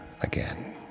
again